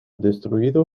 destruido